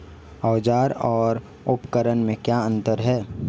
औज़ार और उपकरण में क्या अंतर है?